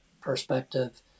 perspective